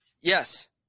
yes